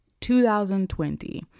2020